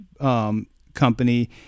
company